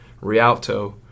Rialto